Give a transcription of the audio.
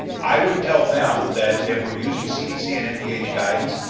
i would tell them that that we're using cdc and mdh guidance,